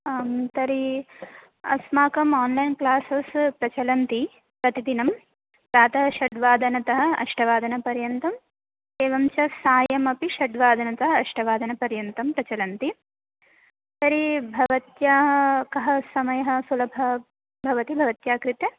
आं तर्हि अस्माकम् आन्लैन् क्लासस् प्रचलन्ति प्रतिदिनं प्रातः षड्वादनतः अष्टवादनपर्यन्तम् एवं च सायमपि षड्वादनतः अष्टवादनपर्यन्तं प्रचलन्ति तर्हि भवत्याः कः समयः सुलभः भवति भवत्याः कृते